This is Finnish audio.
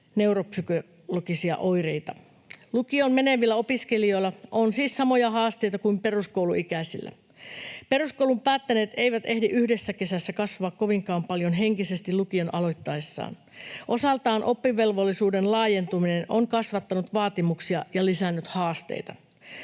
neuropsykologisia oireita. Lukioon menevillä opiskelijoilla on siis samoja haasteita kuin peruskouluikäisillä. Peruskoulun päättäneet eivät ehdi yhdessä kesässä kasvaa kovinkaan paljon henkisesti lukion aloittaessaan. Osaltaan oppivelvollisuuden laajentuminen on kasvattanut vaatimuksia ja lisännyt haasteita.